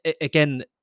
again